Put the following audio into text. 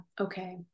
okay